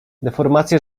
deformacje